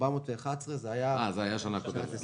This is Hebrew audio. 411 מיליארד שקלים היה בשנה קודמת.